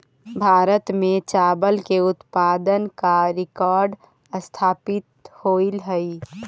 भारत में चावल के उत्पादन का रिकॉर्ड स्थापित होइल हई